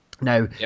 Now